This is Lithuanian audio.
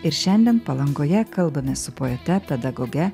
ir šiandien palangoje kalbamės su poete pedagoge